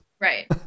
Right